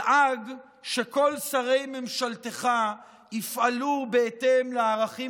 דאג שכל שרי ממשלתך יפעלו בהתאם לערכים